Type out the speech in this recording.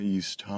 East